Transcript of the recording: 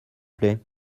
plait